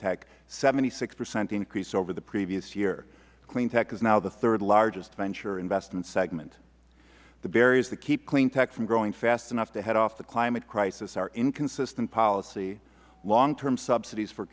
cleantech seventy six percent increase over the previous year cleantech is now the third largest venture investment segment the barriers that keep cleantech from growing fast enough to head off the climate crisis are inconsistent policy long term subsidies for